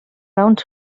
raons